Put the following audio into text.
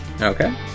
Okay